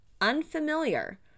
unfamiliar